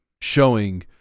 showing